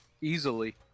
easily